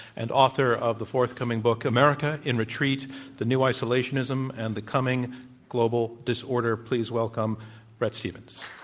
and author of the forthcoming book, america in retreat the new isolationism and the coming global disorder. please welcome bret stephens.